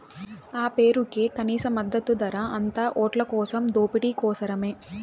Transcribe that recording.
ఆ పేరుకే కనీస మద్దతు ధర, అంతా ఓట్లకోసం దోపిడీ కోసరమే